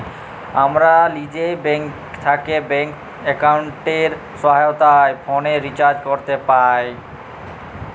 আমরা লিজে থ্যাকে ব্যাংক এক্কাউন্টের সহায়তায় ফোলের রিচাজ ক্যরতে পাই